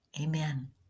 Amen